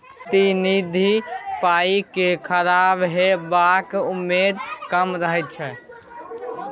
प्रतिनिधि पाइ केँ खराब हेबाक उम्मेद कम रहै छै